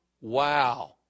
Wow